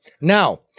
Now